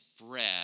bread